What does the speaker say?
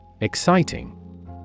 Exciting